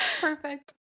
Perfect